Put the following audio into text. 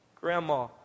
Grandma